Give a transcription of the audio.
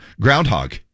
groundhog